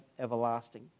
everlasting